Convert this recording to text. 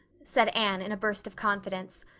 said anne in a burst of confidence,